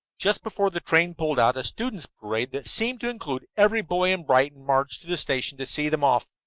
just before the train pulled out a students' parade that seemed to include every boy in brighton marched to the station to see them off.